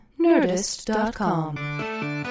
Nerdist.com